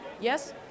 Yes